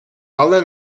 але